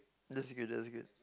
that's okay that's okay